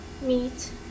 meat